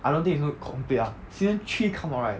I don't think it's going to complete ah season three come out right